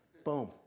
boom